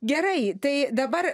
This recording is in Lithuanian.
gerai tai dabar